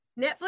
Netflix